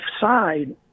side